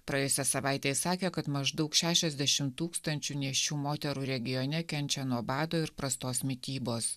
praėjusią savaitę jis sakė kad maždaug šešiasdešim tūkstančių nėščių moterų regione kenčia nuo bado ir prastos mitybos